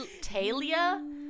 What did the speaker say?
Talia